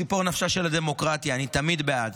ציפור נפשה של הדמוקרטיה, אני תמיד בעד.